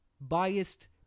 biased